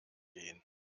gehen